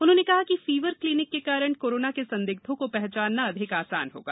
उन्होंने कहा कि फीवर क्लिनिक के कारण कोरोना के संदिग्धों को पहचानना अधिक आसान होगा